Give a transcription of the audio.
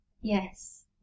Yes